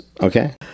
Okay